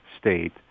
state